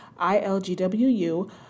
ILGWU